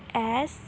S